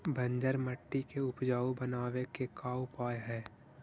बंजर मट्टी के उपजाऊ बनाबे के का उपाय है?